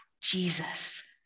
Jesus